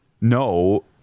no